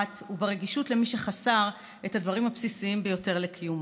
וברגישות למי שחסר את הדברים הבסיסיים ביותר לקיומו.